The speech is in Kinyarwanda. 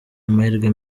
amahirwe